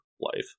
life